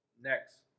next